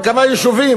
על כמה יישובים,